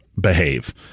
behave